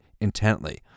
intently